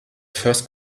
first